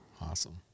awesome